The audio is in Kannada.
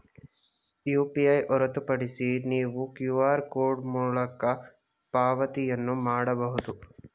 ಯು.ಪಿ.ಐ ಹೊರತುಪಡಿಸಿ ನೀವು ಕ್ಯೂ.ಆರ್ ಕೋಡ್ ಮೂಲಕ ಪಾವತಿಯನ್ನು ಮಾಡಬಹುದು